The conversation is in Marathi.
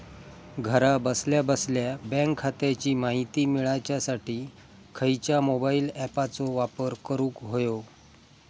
घरा बसल्या बसल्या बँक खात्याची माहिती मिळाच्यासाठी खायच्या मोबाईल ॲपाचो वापर करूक होयो?